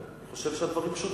לערכיה, אני חושב שהדברים פשוטים.